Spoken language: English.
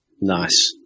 Nice